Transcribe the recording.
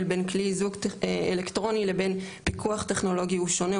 בין כלי איזוק אלקטרוני לבין פיקוח טכנולוגי הוא שונה,